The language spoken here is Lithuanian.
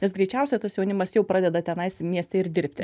nes greičiausiai tas jaunimas jau pradeda tenais mieste ir dirbti